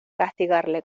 castigarle